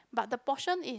but the portion is